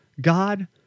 God